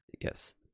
Yes